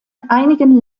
einigen